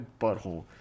butthole